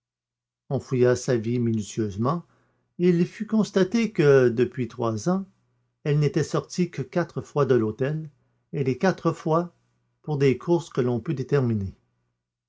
sa vie minutieusement et il fut constaté que depuis trois ans elle n'était sortie que quatre fois de l'hôtel et les quatre fois pour des courses que l'on put déterminer